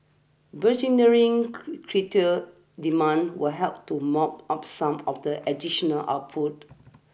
burgeoning crude demand will help to mop up some of the additional output